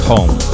Home